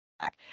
back